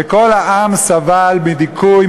וכל העם סבל מדיכוי,